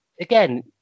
again